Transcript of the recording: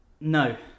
No